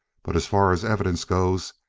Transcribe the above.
but as far as evidence goes,